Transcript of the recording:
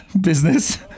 business